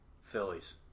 Phillies